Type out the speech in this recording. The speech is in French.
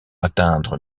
atteindre